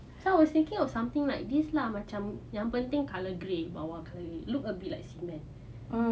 so I was thinking of something like this lah macam yang penting colour grey bawah tu look a bit like cement